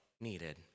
needed